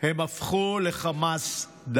הם הפכו לחמאס-דאעש.